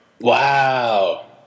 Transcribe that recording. Wow